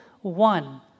one